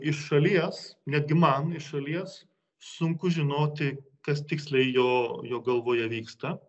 iš šalies netgi man iš šalies sunku žinoti kas tiksliai jo jo galvoje vyksta